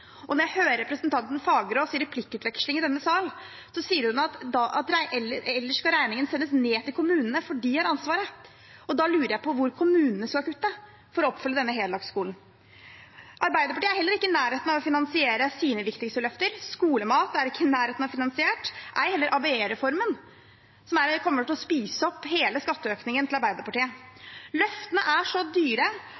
og kulturaktiviteter av det. Og representanten Fagerås sier i en replikkveksling i denne sal at ellers skal regningen sendes ned til kommunene, for de har ansvaret. Da lurer jeg på hvor kommunene skal kutte for å oppfylle denne heldagsskolen. Arbeiderpartiet er heller ikke i nærheten av å finansiere sine viktigste løfter. Skolemat er ikke i nærheten av finansiert, ei heller ABE-reformen, som kommer til å spise opp hele skatteøkningen til Arbeiderpartiet.